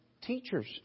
teachers